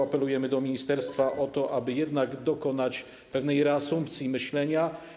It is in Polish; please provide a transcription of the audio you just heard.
Apelujemy do ministerstwa o to, aby jednak dokonać pewnej reasumpcji myślenia.